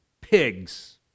pigs